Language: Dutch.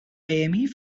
bmi